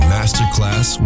Masterclass